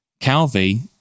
Calvi